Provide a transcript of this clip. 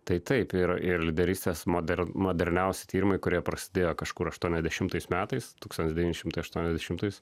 tai taip ir ir lyderystės modern moderniausi tyrimai kurie prasidėjo kažkur aštuoniasdešimtais metais tūkstantis devyni šimtai aštuoniasdešimtais